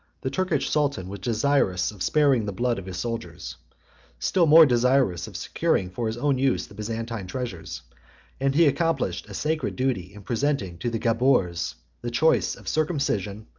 the turkish sultan was desirous of sparing the blood of his soldiers still more desirous of securing for his own use the byzantine treasures and he accomplished a sacred duty in presenting to the gabours the choice of circumcision,